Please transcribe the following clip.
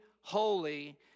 holy